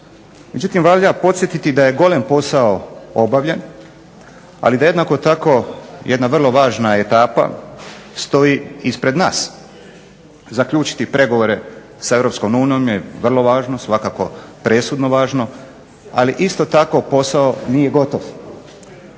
Međutim, valja podsjetiti da je golem posao objavljen ali da jednako tako jedna vrlo važna etapa stoji ispred nas. Zaključiti pregovore sa EU je vrlo važno, svakako presudno važno, ali isto tako posao nije gotov.